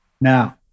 Now